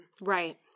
right